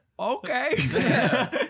okay